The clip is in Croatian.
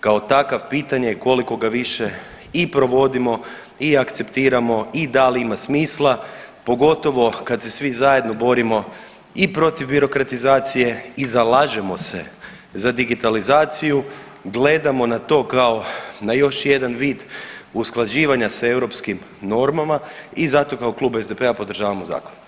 Kao takav, pitanje je koliko ga više i provodimo i akceptiramo i da li ima smisla, pogotovo kad se svi zajedno borimo i protiv birokratizacije i zalažemo se za digitalizaciju, gledamo na to kao na još jedan vid usklađivanja sa europskim normama i zato kao Klub SDP-a podržavamo zakon.